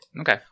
Okay